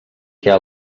què